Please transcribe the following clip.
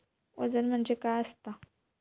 वजन म्हणजे काय असता?